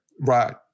Right